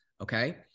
okay